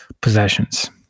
possessions